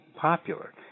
popular